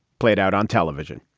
played out on television.